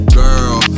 girl